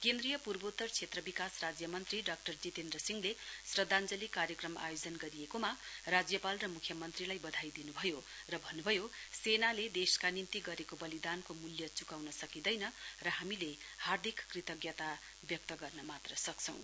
केन्द्रीय पूर्वोत्तर क्षेत्र विकास राज्य मन्त्री डाक्टर जितेन्द्र सिंहले थ्रद्याञ्जली कार्यक्रम आयोजन गरिएकोमा राज्यपाल र मुख्यमन्त्रीलाई वधाई दिनुभयो र भन्नुभयो सेनाले देशका निम्ति गरेको वलिदानको मूल्य चुकाउन सकिँदैन र हामीले हार्दिक कृतज्ञता व्यक्त गर्न मात्र सक्छौं